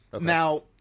now